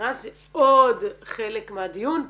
המכרז זה עוד חלק מהדיון פה,